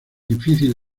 difícil